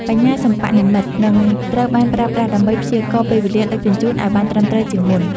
បញ្ញាសិប្បនិម្មិត នឹងត្រូវបានប្រើប្រាស់ដើម្បីព្យាករណ៍ពេលវេលាដឹកជញ្ជូនឱ្យបានត្រឹមត្រូវជាងមុន។